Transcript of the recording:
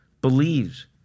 believes